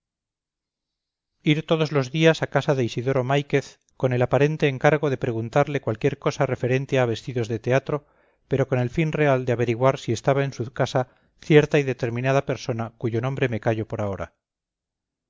ir todos los días a casa de isidoro máiquez con el aparente encargo de preguntarle cualquier cosa referente a vestidos de teatro pero con el fin real de averiguar si estaba en su casa cierta y determinada persona cuyo nombre me callo por ahora